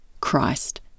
Christ